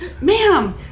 Ma'am